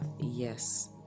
yes